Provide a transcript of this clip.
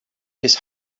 his